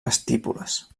estípules